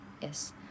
Yes